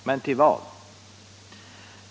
Men till vad?